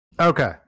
Okay